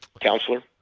Counselor